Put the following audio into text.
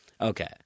Okay